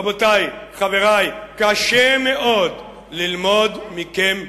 רבותי, חברי, קשה מאוד ללמוד מכם מדיניות.